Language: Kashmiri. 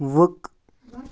وٕق